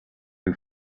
who